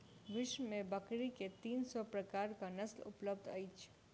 विश्व में बकरी के तीन सौ प्रकारक नस्ल उपलब्ध अछि